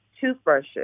toothbrushes